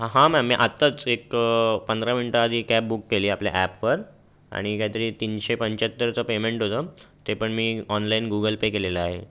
हां मॅम मी आत्ताच एक पंधरा मिनटं आधी कॅब बुक केली आपल्या ॲपवर आणि काहीतरी तीनशे पंच्याहत्तरचं पेमेंट होतं ते पण मी ऑनलाईन गुगल पे केलेलं आहे